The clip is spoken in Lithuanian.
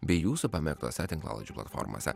bei jūsų pamėgtose tinklalaidžių platformose